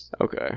Okay